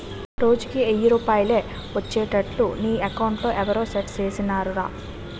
రోజుకి ఎయ్యి రూపాయలే ఒచ్చేట్లు నీ అకౌంట్లో ఎవరూ సెట్ సేసిసేరురా